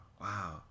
wow